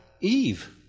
Eve